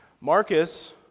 Marcus